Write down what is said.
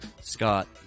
Scott